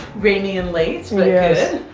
rainy and late